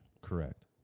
Correct